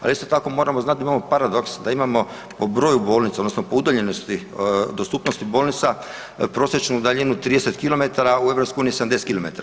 Ali isto tako moramo znat da imamo paradoks da imamo po broju bolnica odnosno po udaljenosti, dostupnosti bolnica prosječnu daljinu 30 km, u EU 70 km.